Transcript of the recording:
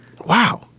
Wow